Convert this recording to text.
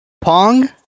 Pong